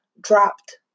dropped